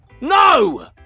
No